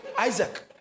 Isaac